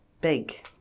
big